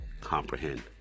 comprehend